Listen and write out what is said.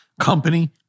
company